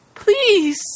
Please